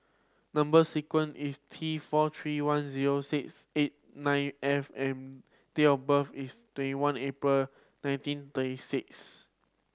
number sequence is T four three one zero six eight nine F and date of birth is twenty one April nineteen thirty six